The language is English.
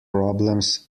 problems